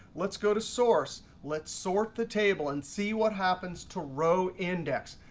let's go to source. let's sort the table and see what happens to row index.